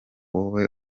wowe